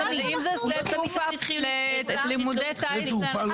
אבל אם זה שדה תעופה ללימודי טיס לאנשים פרטיים?